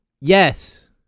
Yes